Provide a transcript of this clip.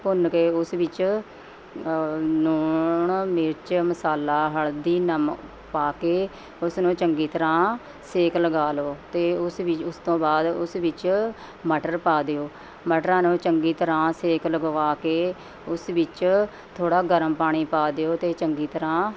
ਭੁੰਨ ਕੇ ਉਸ ਵਿੱਚ ਲੂਣ ਮਿਰਚ ਮਸਾਲਾ ਹਲਦੀ ਨਮਕ ਪਾ ਕੇ ਉਸਨੂੰ ਚੰਗੀ ਤਰ੍ਹਾਂ ਸੇਕ ਲਗਾ ਲਓ ਅਤੇ ਉਸ ਵਿੱਚ ਉਸ ਤੋਂ ਬਾਅਦ ਉਸ ਵਿੱਚ ਮਟਰ ਪਾ ਦਿਓ ਮਟਰਾਂ ਨੂੰ ਚੰਗੀ ਤਰ੍ਹਾਂ ਸੇਕ ਲਗਵਾ ਕੇ ਉਸ ਵਿੱਚ ਥੋੜ੍ਹਾ ਗਰਮ ਪਾਣੀ ਪਾ ਦਿਓ ਅਤੇ ਚੰਗੀ ਤਰ੍ਹਾਂ